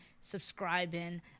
subscribing